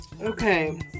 Okay